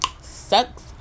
Sucks